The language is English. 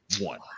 One